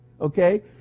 okay